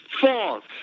False